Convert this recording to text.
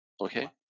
Okay